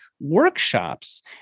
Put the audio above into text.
workshops